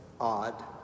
odd